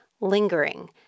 lingering